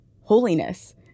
holiness